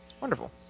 Wonderful